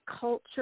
culture